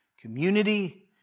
Community